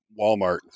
walmart